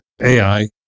AI